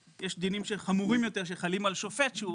יש דינים שחמורים יותר שחלים על שופט שהוא